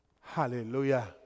Hallelujah